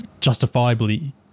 justifiably